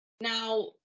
Now